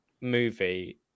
movie